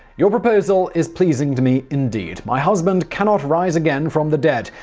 your proposal is pleasing to me' indeed, my husband cannot rise again from the dead.